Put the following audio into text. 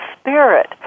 spirit